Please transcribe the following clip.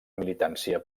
militància